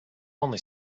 only